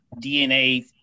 DNA